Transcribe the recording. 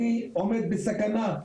אני עומד בסכנה,